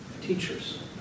teachers